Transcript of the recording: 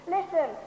Listen